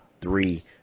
three